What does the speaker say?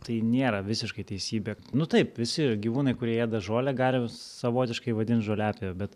tai nėra visiškai teisybė nu taip visi gyvūnai kurie ėda žolę gali savotiškai vadinti žoliapjove bet